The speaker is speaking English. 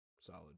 solid